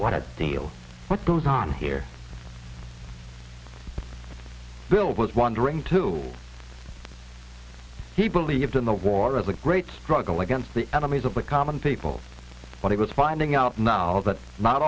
what a deal what goes on here bill was wondering to he believed in the war as a great struggle against the enemies of the common people but he was finding out now that not